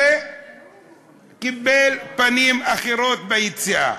וקיבל פנים אחרות ביציאה.